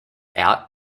out